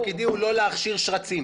תפקידי לא להכשיר שרצים.